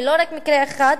ולא רק במקרה אחד,